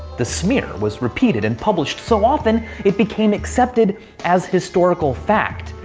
the smear was repeated and published so often it became accepted as historical fact.